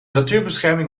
natuurbescherming